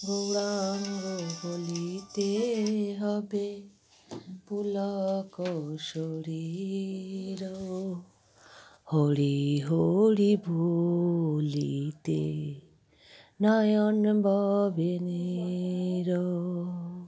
গৌড়াঙ্গ বলিতে হবে পুলক শরীর হরি হরি বলিতে নয়ন ববে নীর